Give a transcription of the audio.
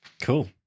Cool